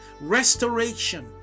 restoration